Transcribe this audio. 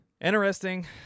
Interesting